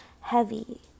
heavy